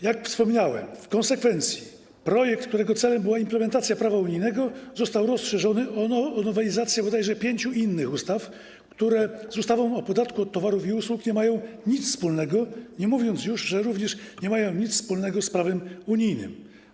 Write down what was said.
Jak wspominałem, w konsekwencji projekt, którego celem była implementacja prawa unijnego, został rozszerzony o nowelizację podajże pięciu innych ustaw, które z ustawą o podatku od towarów i usług nie mają nic wspólnego, nie mówiąc już o tym, że również nie mają nic wspólnego z prawem unijnym.